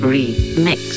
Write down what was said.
Remix